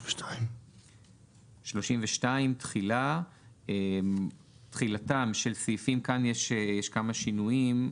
בתיקון 32 - תחילה יש כמה שינויים.